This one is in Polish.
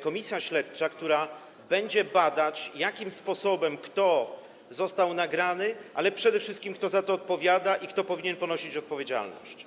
komisja śledcza, która będzie badać, jakim sposobem i kto został nagrany, ale przede wszystkim kto za to odpowiada i kto powinien ponosić odpowiedzialność.